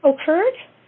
occurred